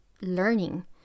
learning